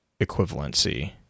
equivalency